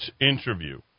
interview